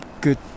good